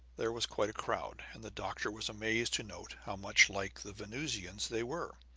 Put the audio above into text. there was quite a crowd and the doctor was amazed to note how much like the venusians they were.